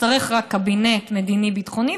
יצטרך רק קבינט מדיני-ביטחוני,